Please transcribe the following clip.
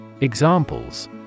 Examples